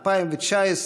2019,